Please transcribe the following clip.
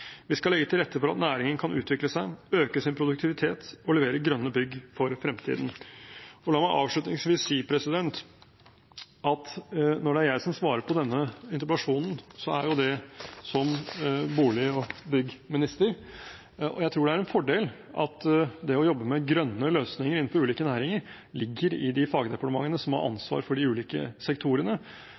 Vi skal legge til rette for at næringen kan utvikle seg, øke sin produktivitet og levere grønne bygg for fremtiden. La meg avslutningsvis si at når det er jeg som svarer på denne interpellasjonen, er det som bolig- og byggminister. Og jeg tror det er en fordel at det å jobbe med grønne løsninger innenfor ulike næringer ligger i de fagdepartementene som har ansvar for de ulike sektorene.